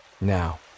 Now